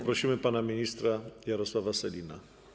Prosimy pana ministra Jarosława Sellina.